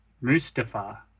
Mustafa